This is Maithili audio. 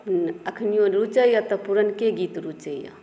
अखनियो रुचैया तऽ पुरनके गीत रुचैया